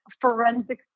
forensic